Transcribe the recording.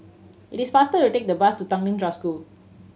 it is faster to take the bus Tanglin Trust School